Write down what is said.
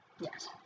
Yes